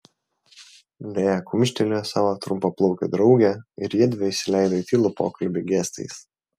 lėja kumštelėjo savo trumpaplaukę draugę ir jiedvi įsileido į tylų pokalbį gestais